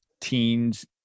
teens